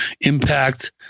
impact